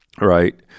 right